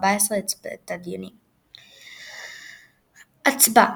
בשתי היבשות שאירחו את שני גביעי העולם שקדמו לו,